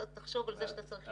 תחשוב על זה שאתה צריך ללמוד חומר.